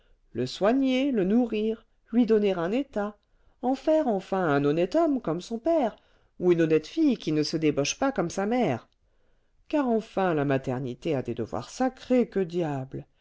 le soigner le nourrir lui donner un état en faire enfin un honnête homme comme son père ou une honnête fille qui ne se débauche pas comme sa mère car enfin la maternité a des devoirs sacrés que diable